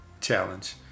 challenge